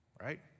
Right